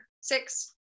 six